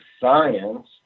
science